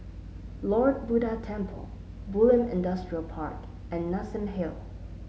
Lord Buddha Temple Bulim Industrial Park and Nassim Hill